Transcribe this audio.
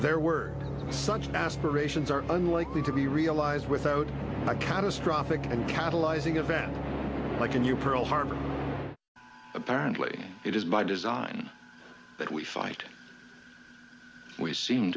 there were such aspirations are unlikely to be realized without a catastrophic catalyzing event like a new pearl harbor apparently it is by design that we fight we seem